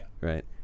right